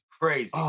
Crazy